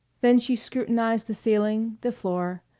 then she scrutinized the ceiling, the floor,